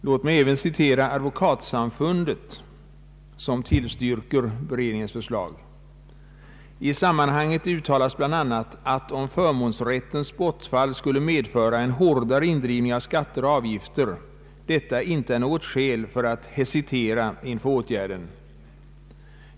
Låt mig även citera Advokatsamfundet, som tillstyrker beredningens förslag: ”I sammanhanget uttalas bl.a. att om förmånsrättens bortfall skulle medföra en hårdare indrivning av skatter och avgifter, detta inte är något skäl för att hesitera inför åtgärden.